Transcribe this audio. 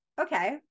okay